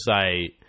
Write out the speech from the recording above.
say